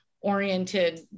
Oriented